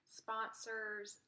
sponsors